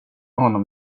honom